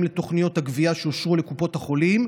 לתוכניות הגבייה שאושרו לקופות החולים,